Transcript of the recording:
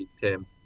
Tim